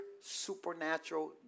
supernatural